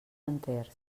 enters